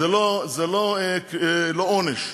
זה לא עונש.